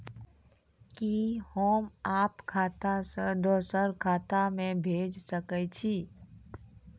कि होम आप खाता सं दूसर खाता मे भेज सकै छी?